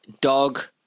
dog